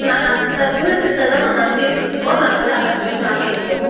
நாங்கள் அந்த டூரிஸ் நடத்திட்ருக்கோம் நாங்கள் வந்து எல்லா கோவிலுக்கும் அழைச்சிட்டுப் போவோம்